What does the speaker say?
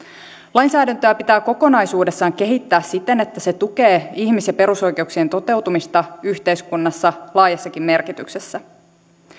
lainsäädäntöä pitää kokonaisuudessaan kehittää siten että se tukee ihmis ja perusoikeuksien toteutumista yhteiskunnassa laajassakin merkityksessä